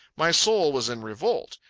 my soul was in revolt.